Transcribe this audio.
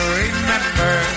remember